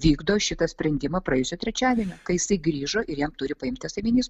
vykdo šitą sprendimą praėjusio trečiadienio kai jisai grįžo ir jam turi paimtas ėminys